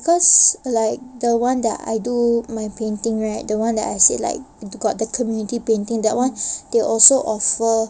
cause like the one that I do my painting right the one that I said like buka the community painting that one they also offer